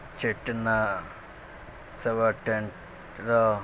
چٹنا سوا ٹنٹرا